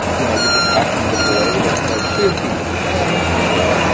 you know, you're just talking in the void. and i know queer people, trans people,